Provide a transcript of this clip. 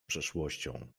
przeszłością